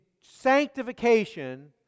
sanctification